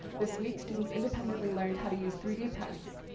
this week students independently learned how to use three d pens.